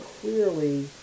clearly